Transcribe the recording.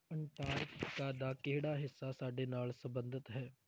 ਅੰਟਾਰਕਾ ਦਾ ਕਿਹੜਾ ਹਿੱਸਾ ਸਾਡੇ ਨਾਲ ਸਬੰਧਤ ਹੈ